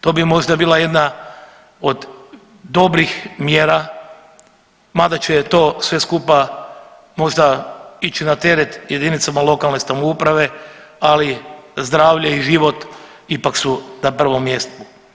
To bi možda bila jedna od dobrih mjera mada će to sve skupa možda ići na teret jedinicama lokalne samouprave, ali zdravlje i život ipak su na prvom mjestu.